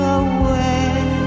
away